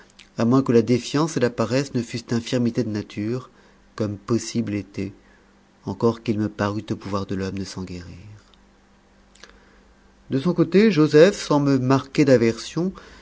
à moins que la défiance et la paresse ne fussent infirmités de nature comme possible était encore qu'il me parût au pouvoir de l'homme de s'en guérir de son côté joseph sans me marquer d'aversion